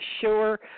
sure